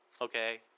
Okay